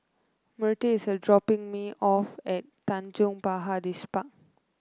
Myrtle is dropping me off at Tanjong Pagar Distripark